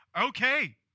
Okay